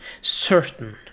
certain